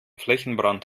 flächenbrand